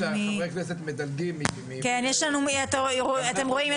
אתם רואים,